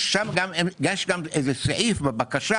יש גם סעיף בבקשה